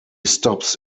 stops